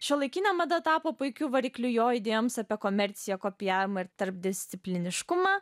šiuolaikinė mada tapo puikiu varikliu jo idėjoms apie komerciją kopijavimą ir tarpdiscipliniškumą